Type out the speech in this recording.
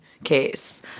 case